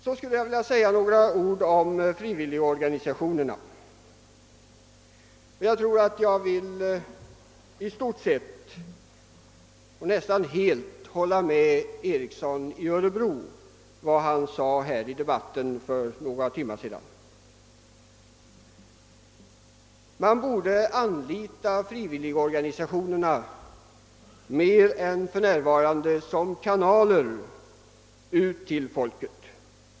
Sedan vill jag också säga några ord om frivilligorganisationerna, och där kan jag nästan helt instämma i vad herr Ericson i Örebro sade för några timmar sedan, nämligen att vi mer än hittills borde anlita dessa organisationer som kanaler ut till folket.